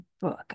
book